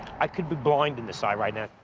i could be blind in this eye right now. ooh,